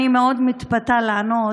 אני מאוד מתפתה לענות,